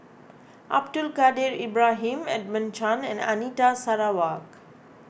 Abdul Kadir Ibrahim Edmund Chen and Anita Sarawak